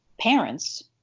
parents